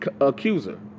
accuser